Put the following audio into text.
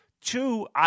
Two